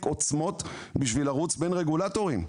עוצמות בשביל לרוץ בין רגולטורים.